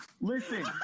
listen